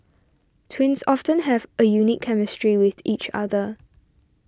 twins often have a unique chemistry with each other